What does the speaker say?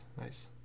nice